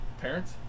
parents